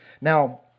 Now